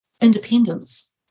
independence